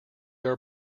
are